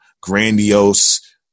grandiose